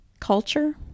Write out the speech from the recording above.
Culture